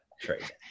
trade